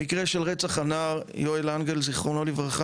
המקרה של רצח הנער יואל להנגהל ז"ל